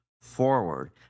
forward